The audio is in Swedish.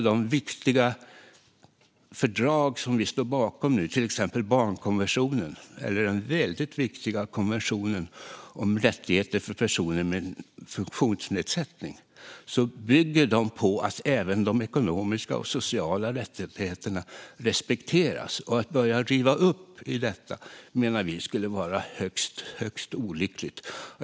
De viktiga fördrag som vi nu står bakom, till exempel barnkonventionen eller den viktiga konventionen om rättigheter för personer med funktionsnedsättning, bygger på att även de ekonomiska och sociala rättigheterna respekteras. Att börja riva upp detta menar vi skulle vara högst olyckligt.